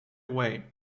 way